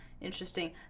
interesting